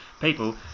people